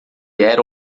era